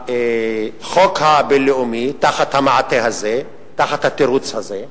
החוק הבין-לאומי תחת המעטה הזה, תחת התירוץ הזה,